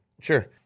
Sure